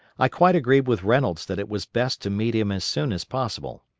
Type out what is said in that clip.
i quite agreed with reynolds that it was best to meet him as soon as possible,